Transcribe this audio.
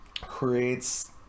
creates